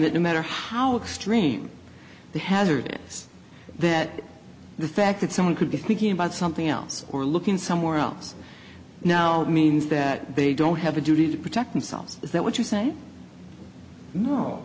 that no matter how extreme the hazard is that the fact that someone could be thinking about something else or looking somewhere else now means that they don't have a duty to protect themselves is that what you're saying no